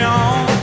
on